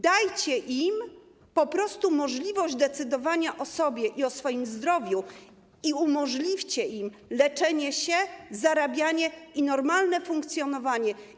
Dajcie im możliwość decydowania o sobie i o swoim zdrowiu i umożliwcie im leczenie się, zarabianie i normalne funkcjonowanie.